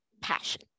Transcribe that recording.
Passion